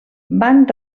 van